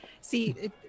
See